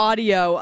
Audio